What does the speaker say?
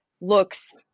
looks